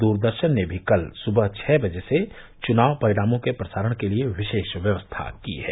दूरदर्शन ने भी कल सुबह छ बजे से चुनाव परिणामों के प्रसारण के लिये विशेष व्यवस्था की है